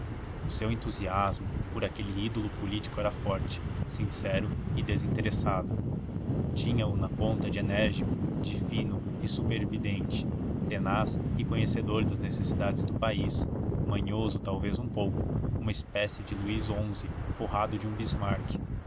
o seu entusiasmo por aquele ídolo político era forte sincero e desinteressado tinha-o na conta de enérgico de fino e supervidente tenaz e conhecedor das necessidades do país manhoso talvez um pouco uma espécie de luís xi forrado de um